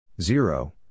Zero